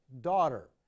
daughter